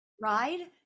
ride